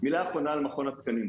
מילה אחרונה על מכון התקנים.